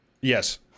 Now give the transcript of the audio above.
Yes